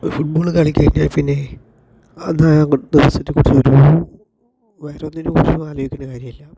football കളി കഴിഞ്ഞാൽ പിന്നെ അത് ഒരു വേറെ ഒന്നിനെക്കുറിച്ചും ആലോചിക്കേണ്ട കാര്യമില്ല